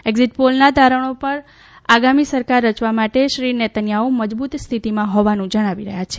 exit પોલના તારણો પણ આગામી સરકાર રચવા માટે શ્રી નેતન્યાહ્ મજબૂત સ્થિતિમાં હોવાનું જણાવી રહ્યા છે